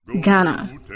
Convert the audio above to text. Ghana